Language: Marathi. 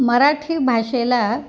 मराठी भाषेला